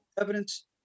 evidence